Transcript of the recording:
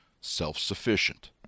self-sufficient